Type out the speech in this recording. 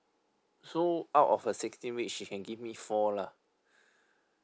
so out of her sixteen weeks she can give me four lah